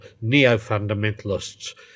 neo-fundamentalists